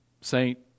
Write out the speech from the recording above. Saint